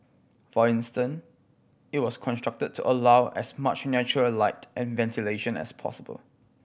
for instance it was constructed to allow as much natural light and ventilation as possible